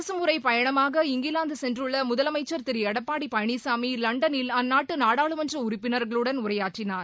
அரசுமுறைப் பயணமாக இங்கிலாந்து சென்றுள்ள முதலமைச்சர் திரு எடப்பாடி பழனிசாமி லண்டனில் அந்நாட்டு நாடாளுமன்ற உறுப்பினர்களுடன் உரையாற்றினார்